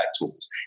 tools